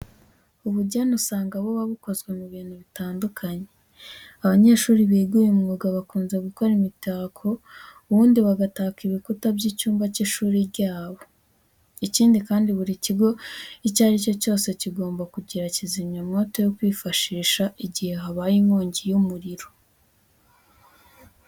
Ubugeni usanga buba bukozwe mu bintu bitandukanye. Abanyeshuri biga uyu mwuga bakunze gukora imitako ubundi bagataka ibikuta by'icyumba cy'ishuri ryabo. Ikindi kandi buri kigo icyo ari cyo cyose kigomba kugira kizimyamoto yo kwifashisha igihe habaye inkongi y'umuriro.